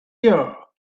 year